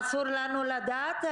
אסור לנו לדעת,